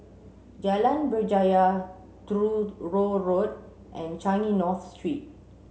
Jalan Berjaya Truro Road and Changi North Street